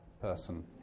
person